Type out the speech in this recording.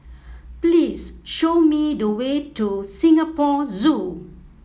please show me the way to Singapore Zoo